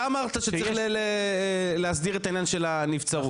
אתה אמרת שצריך להסדיר את העניין של הנבצרות,